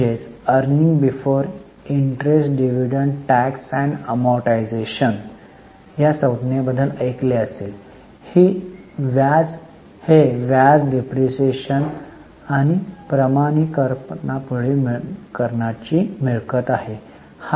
मला आशा आहे की आपण EBIDTA या संज्ञेबद्दल ऐकले असेल हे व्याज डेप्रिसिएशन आणि प्रमाणिकरणापूर्वी मिळकत आहे